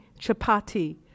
chapati